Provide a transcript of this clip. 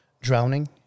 drowning